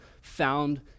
found